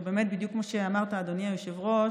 שבאמת, כמו שאמרת, אדוני היושב-ראש,